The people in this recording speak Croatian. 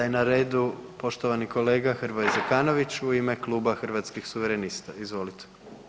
Sada je na redu poštovani kolega Hrvoje Zekanović u ime Kluba Hrvatskih suverenista, izvolite.